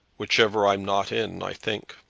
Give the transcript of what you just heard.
whichever i'm not in, i think.